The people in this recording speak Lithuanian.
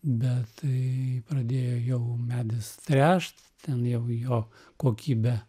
bet tai pradėjo jau medis tręšt ten jau jo kokybė